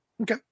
okay